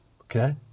Okay